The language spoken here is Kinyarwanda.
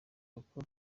kuko